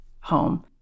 home